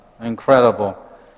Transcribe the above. Incredible